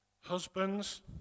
Husbands